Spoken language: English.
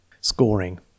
Scoring